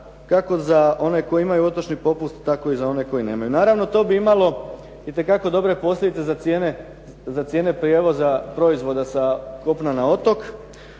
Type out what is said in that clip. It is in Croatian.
kako za one koji imaju otočni popust, tako i za one koji nemaju. Naravno to bi imalo itekako dobre posljedice za cijene prijevoza proizvoda sa kopna na otok.